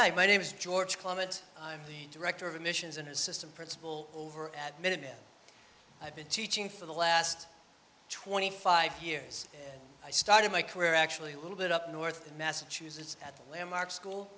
hi my name is george comet i'm the director of admissions and assistant principal over at minot i've been teaching for the last twenty five years i started my career actually a little bit up north in massachusetts at the landmark school